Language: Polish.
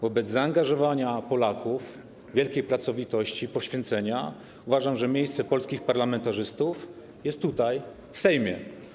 Wobec zaangażowania Polaków, wielkiej pracowitości, poświęcenia uważam, że miejsce polskich parlamentarzystów jest tutaj, w Sejmie.